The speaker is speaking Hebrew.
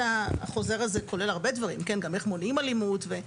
החוזר הזה כולל הרבה דברים, גם איך מונעים אלימות.